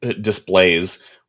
displays